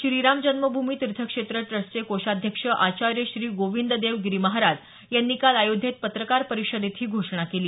श्रीरामजन्मभूमी तीर्थक्षेत्र ट्रस्टचे कोषाध्यक्ष आचार्य श्री गोविंददेव गिरी महाराज यांनी काल अयोध्येत पत्रकार परिषदेत ही घोषणा केली